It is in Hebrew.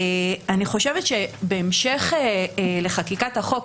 אני חושבת שבהמשך לחקיקת החוק,